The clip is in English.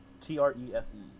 T-R-E-S-E